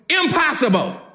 impossible